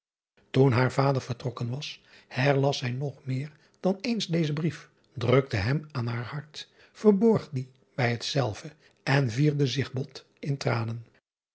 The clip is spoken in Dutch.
oen haar vader vertrokken was herlas zij nog meer dan eens dezen brief drukte hem aan haar hart verborg dien bij hetzelve en vierde zich bot in tranen